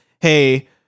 Hey